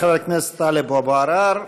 חבר הכנסת טלב אבו עראר,